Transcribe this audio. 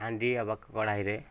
ହାଣ୍ଡି ଅବା କଢ଼ାଇରେ